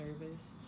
nervous